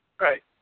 Right